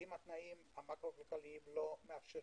האם התנאים המקרו כלכליים לא מאפשרים